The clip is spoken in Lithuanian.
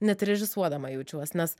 net režisuodama jaučiuos nes